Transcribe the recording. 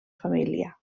família